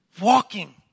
walking